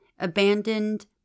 abandoned